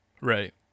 Right